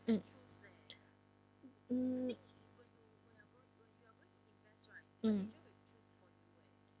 mm um mm